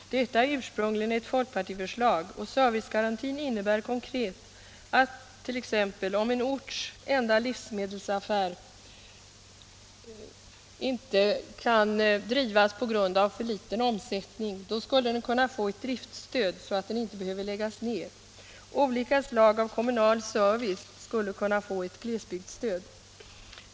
Detta är ursprungligen ett folkpartiförslag och servicegarantin innebär konkret att om t.ex. en orts enda livsmedelsaffär inte kan drivas på grund av för liten omsättning, så skall den kunna få ett driftstöd så att den inte behöver läggas ner. Olika slag av kommunal service skulle kunna få ett glesbygdsstöd.